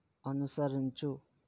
అనుసరించు